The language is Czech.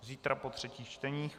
Zítra po třetích čteních.